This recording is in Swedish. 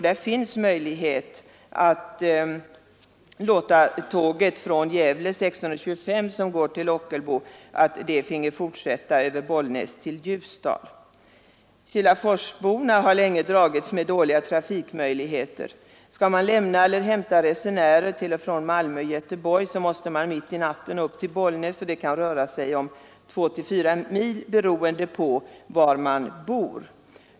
Det finns möjlighet att låta 16.25-tåget från Gävle till Ockelbo fortsätta över Bollnäs och Ljusdal. Kilaforsborna har länge dragits med dåliga trafikförhållanden. Skall man lämna eller hämta resenärer till och från Malmö och Göteborg måste man mitt i natten upp till Bollnäs — och det kan röra sig om mellan två och fyra mil, beroende på var man bor.